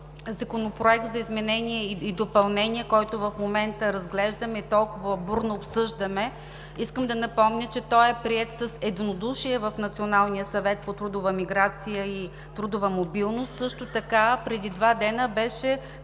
законопроект за изменение и допълнение, който в момента разглеждаме и толкова бурно обсъждаме, искам да напомня, че той е приет с единодушие в Националния съвет по трудова миграция и трудова мобилност, а също така преди два дни беше